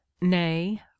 nay